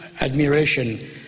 admiration